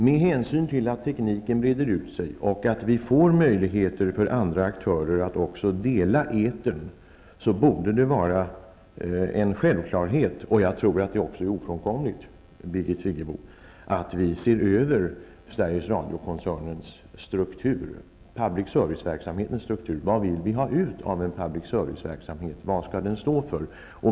Med hänsyn till att tekniken breder ut sig och att andra aktörer får möjligheter att dela etern, borde det vara en självklarhet -- och jag tror att det också är ofrånkomligt, Birgit Friggebo -- att vi ser över publicservice-verksamhetens struktur. Vad vill vi ha ut av en publicservice-verksamhet? Vad skall den stå för?